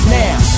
now